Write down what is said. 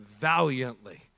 valiantly